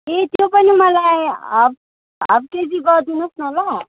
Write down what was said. ए त्यो पनि मलाई हाफ हाफ केजी गरिदिनु होस् न ल